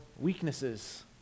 weaknesses